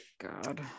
God